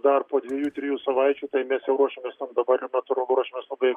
dar po dvejų trijų savaičių tai mes jau ruošiamės tam dabar ir natūralu ruošiamės labai